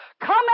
Come